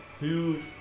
Huge